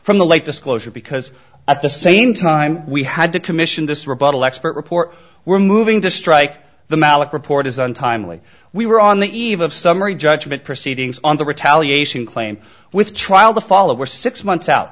from the late disclosure because at the same time we had to commission this rebuttal expert report we're moving to strike the malick report as untimely we were on the eve of summary judgment proceedings on the retaliation claim with trial the follow or six months out